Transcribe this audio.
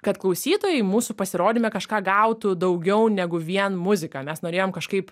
kad klausytojai mūsų pasirodyme kažką gautų daugiau negu vien muziką mes norėjom kažkaip